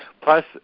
Plus